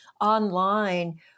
online